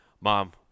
Mom